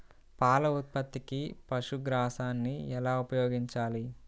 పాల ఉత్పత్తికి పశుగ్రాసాన్ని ఎలా ఉపయోగించాలి?